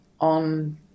on